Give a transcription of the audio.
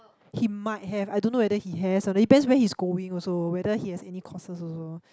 he might have I don't know whether he has or not depends where he's going also whether he has any courses also